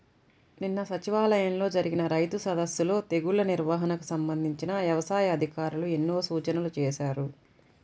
నిన్న సచివాలయంలో జరిగిన రైతు సదస్సులో తెగుల్ల నిర్వహణకు సంబంధించి యవసాయ అధికారులు ఎన్నో సూచనలు చేశారు